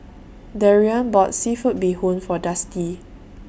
Darrien bought Seafood Bee Boon For Dusty